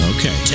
Okay